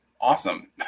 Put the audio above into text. awesome